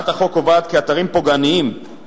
שחלקן מאיימות על שלומם וביטחונם של ילדים,